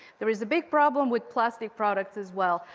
there is a big problem with plastic products as well.